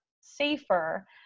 safer